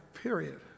period